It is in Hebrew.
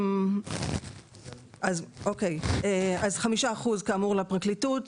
כאמור, 5% לפרקליטות.